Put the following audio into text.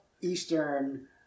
Eastern